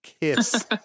kiss